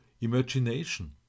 imagination